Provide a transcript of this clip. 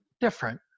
different